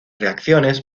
reacciones